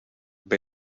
bij